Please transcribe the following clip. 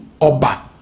Oba